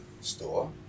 store